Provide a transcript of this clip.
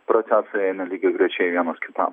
procesai eina lygiagrečiai vienas kitam